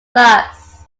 class